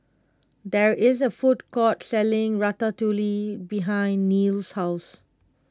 there is a food court selling Ratatouille behind Neal's house